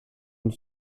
une